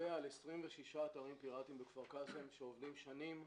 על 26 אתרים פיראטיים בכפר קאסם שעובדים שנים.